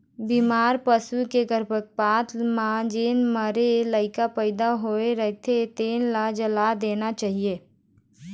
बेमार पसू के गरभपात म जेन मरे लइका पइदा होए रहिथे तेन ल जला देना चाही